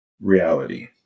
reality